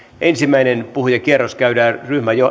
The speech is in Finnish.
ensimmäinen puhujakierros käydään